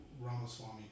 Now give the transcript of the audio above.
Ramaswamy